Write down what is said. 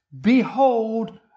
behold